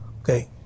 okay